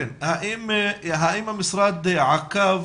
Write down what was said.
האם המשרד עקב